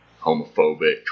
homophobic